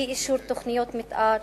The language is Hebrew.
אי-אישור תוכניות מיתאר,